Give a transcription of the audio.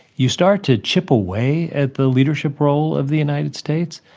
you start to chip away at the leadership role of the united states,